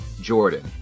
jordan